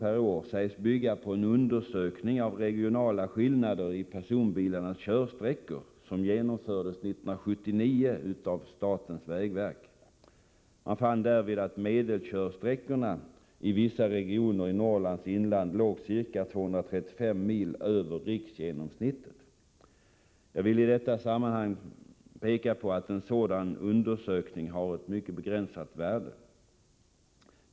per år, sägs bygga på en undersökning av regionala skillnader i personbilarnas körsträckor, som 1979 genomfördes av statens vägverk. Man fann därvid att medelkörsträckorna i vissa regioner i Norrlands inland låg ca 235 mil över riksgenomsnittet. Jag vill i detta sammanhang påpeka att en sådan undersökning har ett mycket begränsat värde.